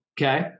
Okay